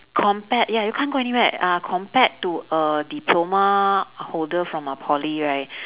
compared ya you can't go anywhere uh compared to a diploma holder from a poly right